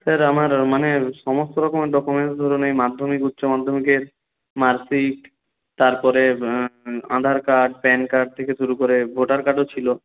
sir আমার মানে সমস্ত রকমের ডকুমেন্ট ধরুন এই মাধ্যমিক উচ্চ মাধ্যমিকের মার্কশিট তারপরে আধার কার্ড প্যান কার্ড থেকে শুরু করে ভোটার কার্ডও ছিলো